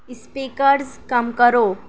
speakers کم کرو